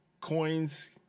coins